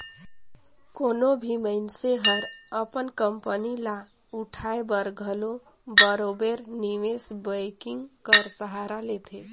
कोनो भी मइनसे हर अपन कंपनी ल उठाए बर घलो बरोबेर निवेस बैंकिंग कर सहारा लेथे